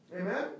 Amen